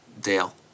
Dale